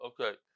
Okay